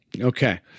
Okay